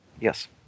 Yes